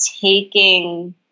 taking